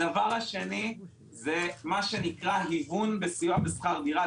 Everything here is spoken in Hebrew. הדבר השני הוא מה שנקרא היוון בסיוע בשכר דירה.